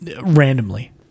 randomly